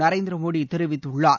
நரேந்திர மோடி தெரிவித்துள்ளார்